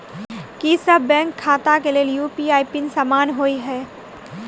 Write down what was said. की सभ बैंक खाता केँ लेल यु.पी.आई पिन समान होइ है?